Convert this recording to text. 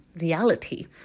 reality